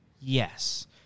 Yes